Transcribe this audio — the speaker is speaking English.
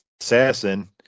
assassin